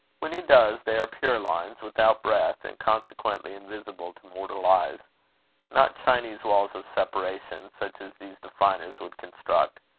when he does, they are pure lines, without breadth, and consequently invisible to mortal eyes not chinese walls of separation, such as these definers would construct.